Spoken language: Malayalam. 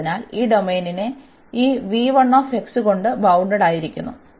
അതിനാൽ ഈ ഡൊമെയ്നിനെ ഈ കൊണ്ട് ബൌണ്ടഡായിരിക്കുന്നു